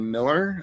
Miller